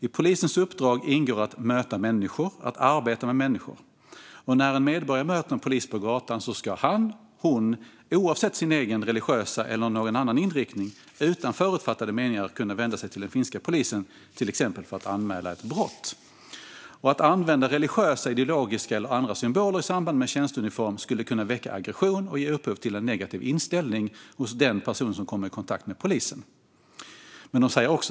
I Polisens uppdrag ingår att möta människor, att arbeta med människor. När en medborgare möter en polis på gatan, ska han/hon oavsett sin egen religiösa eller någon annan inriktning, utan förutfattade meningar kunna vända sig till den finska polisen, till exempel för att anmäla ett brott." Svaret fortsätter: "Att använda religiösa, ideologiska eller andra symboler i samband med tjänsteuniform skulle kunna väcka aggression och ge upphov till en negativ inställning hos den person som kommer i kontakt med polisen.